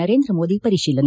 ನರೇಂದ್ರಮೋದಿ ಪರಿಶೀಲನೆ